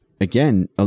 again